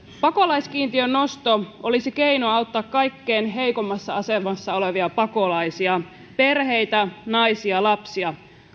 pakolaiskiintiön nosto olisi keino auttaa kaikkein heikoimmassa asemassa olevia pakolaisia perheitä naisia lapsia